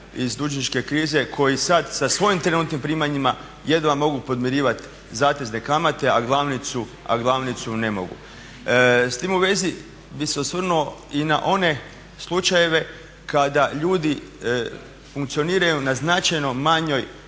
iz dužničke krize koji sada sa svojim trenutnim primanjima jedva mogu podmirivati zatezne kamate a glavnicu ne mogu. S time u vezi bih se osvrnuo i na one slučajeve kada ljudi funkcioniraju na značajno manjoj